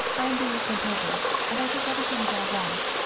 i am being sent over and i think everything is all right.